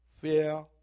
Fear